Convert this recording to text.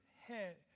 head